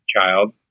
child